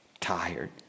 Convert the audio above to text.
tired